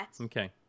okay